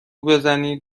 بزنید